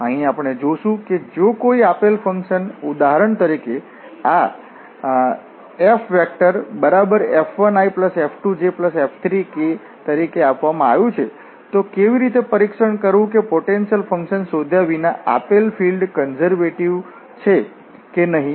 અહીં આપણે જોશું કે જો કોઈ આપેલ ફંક્શન ઉદાહરણ તરીકે આ FF1iF2jF3k તરીકે આપવામાં આવ્યું છે તો કેવી રીતે પરીક્ષણ કરવું કે પોટેન્શિયલ ફંકશન શોધ્યા વિના આપેલ ફિલ્ડ કન્ઝર્વેટિવ છે કે નહીં